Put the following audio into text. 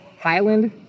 Highland